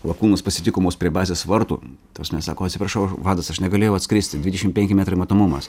lakūnas pasitiko mus prie bazės vartų ta prasme sako atsiprašau vadas aš negalėjau atskristi dvidešim penki metrai matomumas